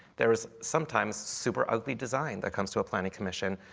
there is sometimes super ugly design that comes to a planning commission.